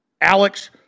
Alex